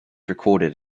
recorded